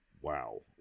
wow